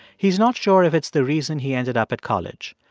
he's not sure if it's the reason he ended up at college,